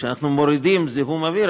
כשאנחנו מורידים את זיהום האוויר,